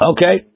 Okay